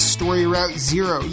StoryRouteZero